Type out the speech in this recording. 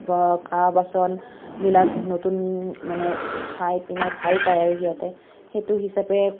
কাঁহ বাচনবিলাক নতুন মানে চাই ভাল পায় আৰু সিহঁতে সেইটো হিচাপে